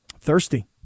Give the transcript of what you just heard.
Thirsty